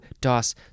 DOS